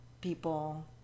people